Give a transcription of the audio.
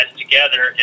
together